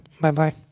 Bye-bye